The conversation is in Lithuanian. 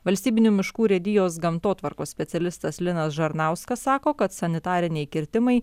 valstybinių miškų urėdijos gamtotvarkos specialistas linas žarnauskas sako kad sanitariniai kirtimai